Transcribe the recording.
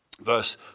Verse